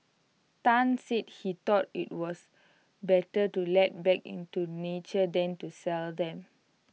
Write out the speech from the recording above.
Tan said he thought IT was better to let back into nature than to sell them